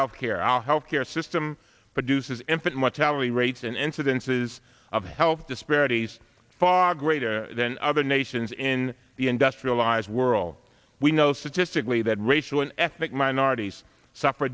health care our health care system produces infant mortality rates and incidences of health disparities far greater than other nations in the industrialized world we know statistically that racial and ethnic minorities suffer